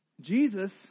Jesus